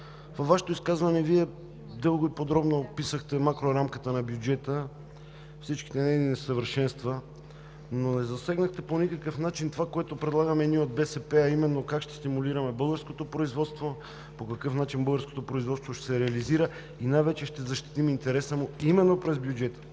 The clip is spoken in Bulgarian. във Вашето изказване дълго и подробно описахте макрорамката на бюджета, всичките нейни несъвършенства, но не засегнахте по никакъв начин това, което предлагаме от БСП, а именно как ще стимулираме българското производство, по какъв начин българското производство ще се реализира и най-вече ще защитим интереса му именно през бюджета.